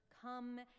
come